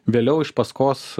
vėliau iš paskos